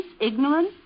ignorance